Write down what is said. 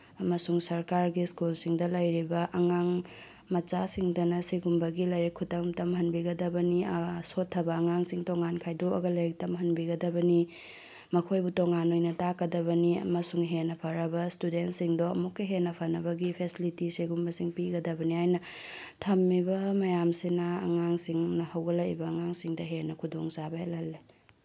ꯑꯃꯁꯨꯡ ꯁꯔꯀꯥꯔꯒꯤ ꯁ꯭ꯀꯨꯜꯁꯤꯡꯗ ꯂꯩꯔꯤꯕ ꯑꯉꯥꯡ ꯃꯆꯥꯁꯤꯡꯗꯅ ꯑꯁꯤꯒꯨꯝꯕꯒꯤ ꯂꯥꯏꯔꯤꯛ ꯈꯨꯇꯝ ꯇꯝꯍꯟꯕꯤꯒꯗꯕꯅꯤ ꯁꯣꯊꯕ ꯑꯉꯥꯡꯁꯤꯡ ꯇꯣꯉꯥꯟ ꯈꯥꯏꯗꯣꯛꯑꯒ ꯂꯥꯏꯔꯤꯛ ꯇꯝꯍꯟꯕꯤꯒꯗꯕꯅꯤ ꯃꯈꯣꯏꯕꯨ ꯇꯣꯉꯥꯟ ꯑꯣꯏꯅ ꯇꯥꯛꯀꯗꯕꯅꯤ ꯑꯃꯁꯨꯡ ꯍꯦꯟꯅ ꯐꯔꯕ ꯏꯁꯇꯨꯗꯦꯟꯁꯤꯡꯗꯣ ꯑꯃꯨꯛꯀ ꯍꯦꯟꯅ ꯐꯅꯕꯒꯤ ꯐꯦꯁꯤꯂꯤꯇꯤ ꯁꯤꯒꯨꯝꯕꯁꯤꯡ ꯄꯤꯒꯗꯕꯅꯤ ꯍꯥꯏꯅ ꯊꯝꯃꯤꯕ ꯃꯌꯥꯝꯁꯤꯅ ꯑꯉꯥꯡꯁꯤꯡ ꯍꯧꯒꯠꯂꯛꯏꯕ ꯑꯉꯥꯡꯁꯤꯡꯗ ꯍꯦꯟꯅ ꯈꯨꯗꯣꯡꯆꯥꯕ ꯍꯦꯜꯍꯜꯂꯤ